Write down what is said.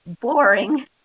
boring